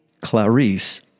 Clarice